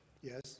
Yes